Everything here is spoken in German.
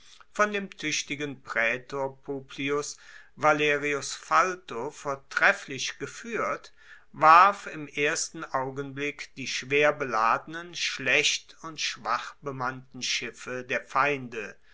von dem tuechtigen praetor publius valerius falto vortrefflich gefuehrt warf im ersten augenblick die schwer beladenen schlecht und schwach bemannten schiffe der feinde